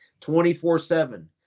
24-7